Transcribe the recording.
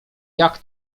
jak